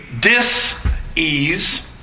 dis-ease